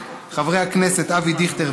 חבר הכנסת אבי דיכטר,